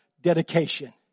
dedication